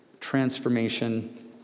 transformation